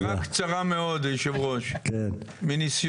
הערה קצרה מאוד, יושב הראש, מניסיוני.